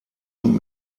und